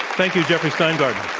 thank you, jeffrey steingarten.